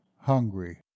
hungry